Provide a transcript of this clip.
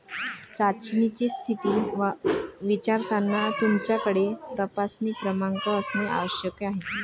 चाचणीची स्थिती विचारताना तुमच्याकडे तपासणी क्रमांक असणे आवश्यक आहे